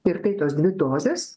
ir tai tos dvi dozės